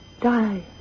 Die